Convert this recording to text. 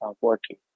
working